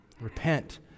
Repent